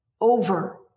over